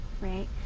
right